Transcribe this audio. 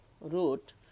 wrote